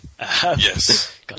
Yes